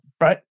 right